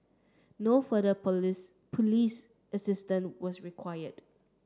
no further police please assistance was required